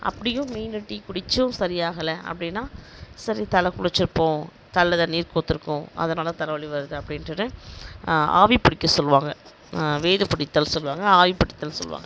அப்படியும் மீறி டீ குடிச்சும் சரி ஆகலை அப்படின்னா சரி தலை குளிச்சிருப்போம் தலையில் தண்ணி கோத்துருக்கும் அதனால தலை வலி வருது அப்டின்றதை ஆவி பிடிக்க சொல்லுவாங்க வேது பிடித்தல் சொல்வாங்கள் ஆவி பிடித்தல் சொல்வாங்கள்